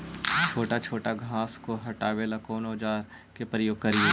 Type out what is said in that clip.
छोटा छोटा घास को हटाबे ला कौन औजार के प्रयोग करि?